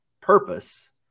purpose